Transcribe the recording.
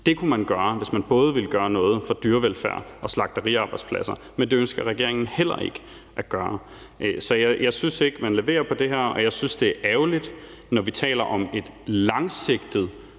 Det kunne man gøre, hvis man både ville gøre noget for dyrevelfærd og slagteriarbejdspladser, men det ønsker regeringen heller ikke at gøre. Så jeg synes ikke, at man leverer på det her, og jeg synes, det er ærgerligt, når vi taler om et langsigtet